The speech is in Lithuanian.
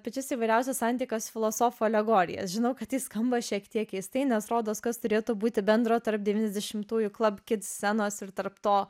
pačias įvairiausias antikos filosofų alegorijas žinau kad jis skamba šiek tiek keistai nes rodos kas turėtų būti bendro tarp devyniasdešimtųjų scenos ir tarp to